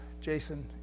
Jason